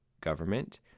government